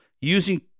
using